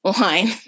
line